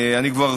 אני כבר,